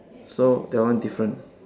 so that one different